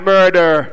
Murder